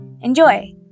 Enjoy